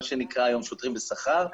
מה שנקרא היום שוטרים בשכר,